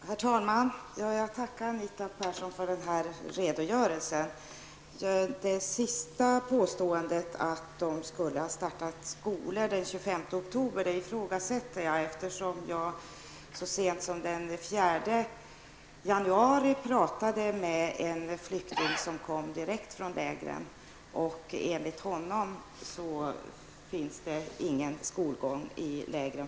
Herr talman! Jag tackar Anita Persson för den här redogörelsen. Det sista påståendet, att Turkiet skulle ha startat skolor den 25 augusti 1990, ifrågasätter jag. Så sent som den 4 januari talade jag med en flykting direkt från lägren, och enligt honom finns fortfarande ingen skolgång i lägren.